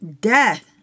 death